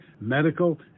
medical